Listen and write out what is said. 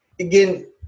again